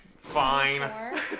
Fine